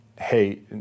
Hey